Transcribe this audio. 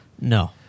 No